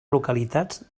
localitats